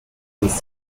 these